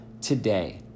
today